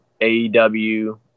AEW